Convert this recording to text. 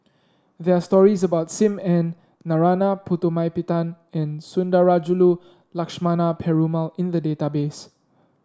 there are stories about Sim Ann Narana Putumaippittan and Sundarajulu Lakshmana Perumal in the database